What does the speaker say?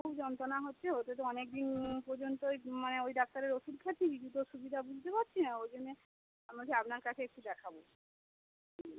খুব যন্ত্রনা হচ্ছে হতে হতে অনেকদিন পর্যন্তই মানে ওই ডাক্তারের ওষুধ খাচ্ছি কিছু অসুবিধা বুঝতে পারছি না ওই জন্যে আপনার কাছে একটু দেখাব হুম